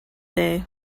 day